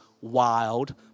wild